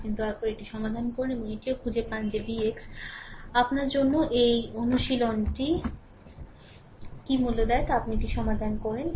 আপনি দয়া করে এটি সমাধান করুন এবং এটিও খুঁজে পান যে Vx আপনার জন্য একটি অনুশীলনকে কী মূল্য দেয় এবং আপনি এটি সমাধান করেন